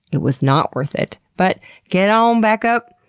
it was not worth it, but get on back up,